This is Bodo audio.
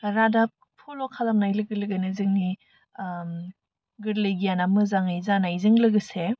रादाब फल' खालामनाय लोगो लोगोनो जोंनि गोरलै गियाना मोजाङै जानायजों लोगोसे